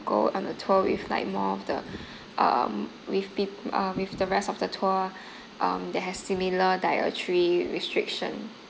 go on a tour with like more of the um with peop~ uh with the rest of the tour um that has similar dietary restriction